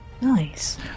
Nice